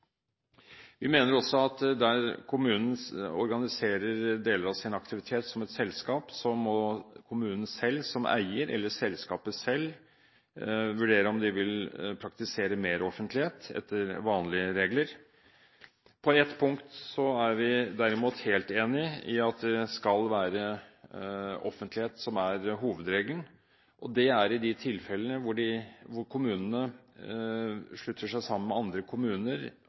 Vi mener også at der kommunen organiserer deler av sin aktivitet som et selskap, må kommunen som eier eller selskapet selv vurdere om de vil praktisere mer offentlighet etter vanlige regler. På ett punkt er vi derimot helt enig i at det skal være offentlighet som er hovedregelen. Det er i de tilfellene hvor kommunene slutter seg sammen med andre kommuner